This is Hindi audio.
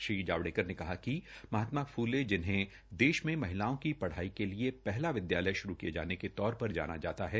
श्री जावड़ेकर ने कहा कि महात्मा फूले जिन्हें देश में महिलाओं की पढ़ाई के लिए पहला विद्यालय श्रू किये जाने वाले के तौर पर जाना जाता है